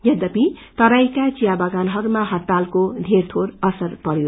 यद्यपि तराईका चिया बगानहरूमा हड़तालको बेर योर असर रहयो